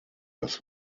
das